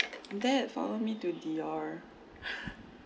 dad for me to dior